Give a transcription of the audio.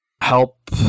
help